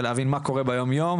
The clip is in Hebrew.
ולהבין מה קורה ביומיום.